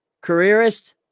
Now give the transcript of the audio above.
careerist